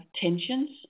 tensions